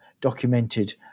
documented